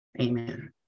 Amen